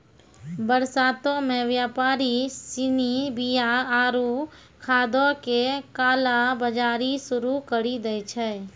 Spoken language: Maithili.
बरसातो मे व्यापारि सिनी बीया आरु खादो के काला बजारी शुरू करि दै छै